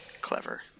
Clever